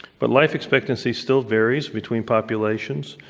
but life expectancy still varies between populations.